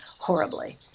horribly